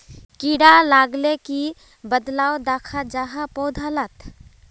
कीड़ा लगाले की बदलाव दखा जहा पौधा लात?